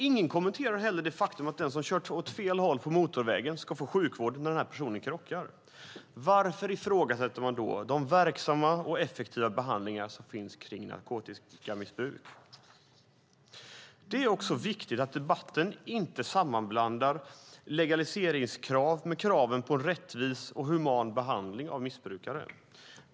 Ingen kommenterar heller det faktum att den som kört åt fel håll på motorvägen och krockat får sjukvård. Varför ifrågasätter man då de verksamma och effektiva behandlingar som finns kring narkotikamissbruk? Det är viktigt att i debatten inte sammanblanda legaliseringskrav med kraven på en rättvis och human behandling av missbrukare.